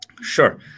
Sure